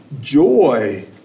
joy